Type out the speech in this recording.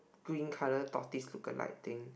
green colour tortoise look alike thing